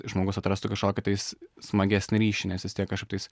žmogus atrastų kažkokį tais smagesnį ryšį nes vis tiek kažkaip tais